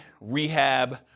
rehab